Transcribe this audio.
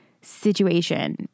situation